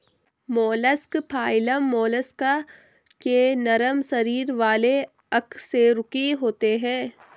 mollusc phylum Mollusca के नरम शरीर वाले अकशेरुकी होते हैं